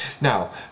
Now